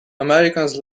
americans